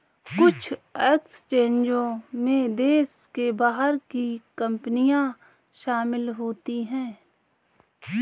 कुछ एक्सचेंजों में देश के बाहर की कंपनियां शामिल होती हैं